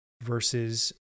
versus